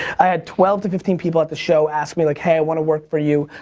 i had twelve to fifteen people at the show ask me like, hey, i want to work for you.